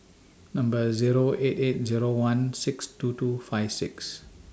Number Zero eight eight Zero one six two two five six